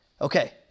Okay